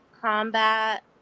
combat